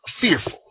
fearful